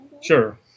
Sure